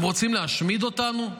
הם רוצים להשמיד אותנו,